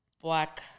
black